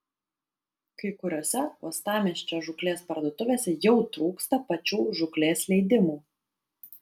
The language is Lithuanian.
kai kuriose uostamiesčio žūklės parduotuvėse jau trūksta pačių žūklės leidimų